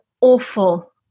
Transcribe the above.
awful